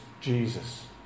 Jesus